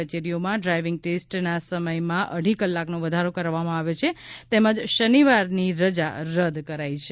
કચેરીઓમાં ડ્રાઇવીંગ ટેસ્ટનાં સમયમાં અઢી કલાકનો વધારો કરવામાં આવ્યો છે તેમજ શનિવારની રજા રદ્દ કરાઇ છે